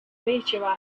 meteorite